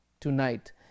tonight